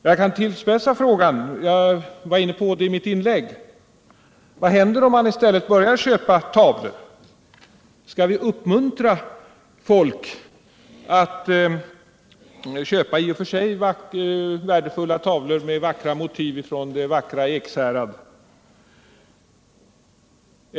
Man kan tillspetsa frågan — jag gjorde detta i mitt tidigare inlägg. Vad händer om man börjar köpa tavlor i stället? Skall vi uppmuntra folk att köpa värdefulla tavlor med t.ex. vackra motiv från Ekshärad?